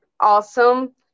awesome